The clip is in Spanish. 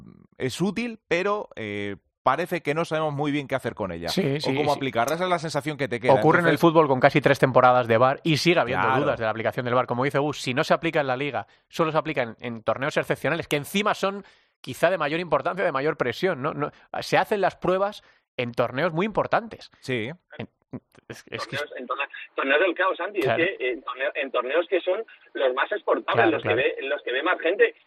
es útil, pero, eh, parece que no sabemos muy bien qué hacer con ella. Sí, O sí, cómo sí. aplicarla. Esa es la sensación que te queda. Ocurre en el Entonces- fútbol con casi tres temporadas de VAR y sigue habiendo Claro. dudas de la aplicación del VAR. Como dice Gus, si no se aplica en la liga, solo se aplica en- en torneos excepcionales, que encima son quizá de mayor importancia, de mayor presión, ¿no? No, se hacen las pruebas en torneos muy importantes. Sí. En- es- es que- Torneos- en torneo- torneos del caos, Andy. Es Claro. que en torneo- en torneos que son los más exportables, Claro, los que claro. ve- los que ve más gente.